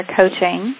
coaching